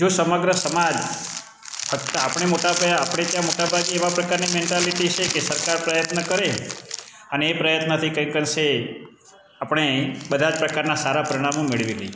જો સમગ્ર સમાજ હત તા આપણે મોટા પાયે આપણે ત્યાં મોટા ભાગે એવા પ્રકારની મેન્ટાલીટી છે કે સરકાર પ્રયત્ન કરે અને એ પ્રયત્નથી કંઈક અંશે આપણે બધાજ પ્રકારનાં સારા પરિણામો મેળવી લઈએ